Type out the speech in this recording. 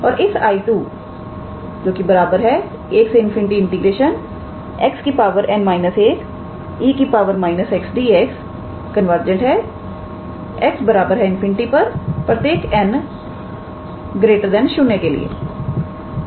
तो इस 𝐼2 1∞ 𝑥 𝑛−1𝑒 −𝑥𝑑𝑥 कन्वर्जेंट है 𝑥 ∞ पर प्रत्येक𝑛 0 के लिए